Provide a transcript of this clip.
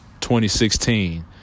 2016